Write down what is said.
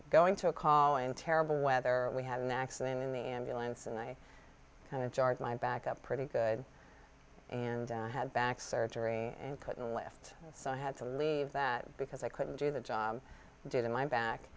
going to a call in terrible weather we had an accident in the ambulance and i kind of jarred my back up pretty good and i had back surgery and couldn't lift so i had to leave that because i couldn't do the job due to my back